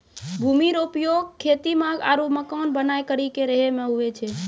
भूमि रो उपयोग खेती मे आरु मकान बनाय करि के रहै मे हुवै छै